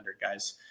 guys